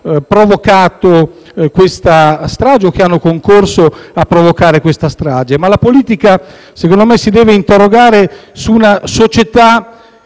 provocato questa strage o che hanno concorso a provocare questa strage, ma la politica, secondo me, si deve interrogare su una società